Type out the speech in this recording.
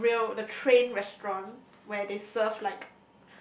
the rail the train restaurant where they serve like